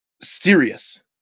serious